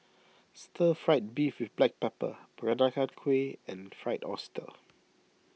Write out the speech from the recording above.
Stir Fried Beef with Black Pepper Peranakan Kueh and Fried Oyster